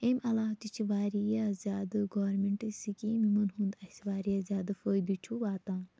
امہِ علاو تہِ چھِ واریاہ زیادٕ گورمنٹچ سکیٖم یِمَن ہُنٛد اَسہِ واریاہ زیادٕ فٲیدٕ چھُ واتان